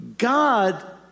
God